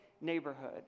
neighborhood